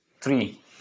three